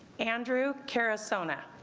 andrew kerrison and